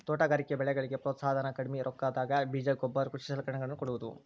ತೋಟಗಾರಿಕೆ ಬೆಳೆಗಳಿಗೆ ಪ್ರೋತ್ಸಾಹ ಧನ, ಕಡ್ಮಿ ರೊಕ್ಕದಾಗ ಬೇಜ ಗೊಬ್ಬರ ಕೃಷಿ ಸಲಕರಣೆಗಳ ನ್ನು ಕೊಡುವುದು